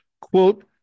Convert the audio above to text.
Quote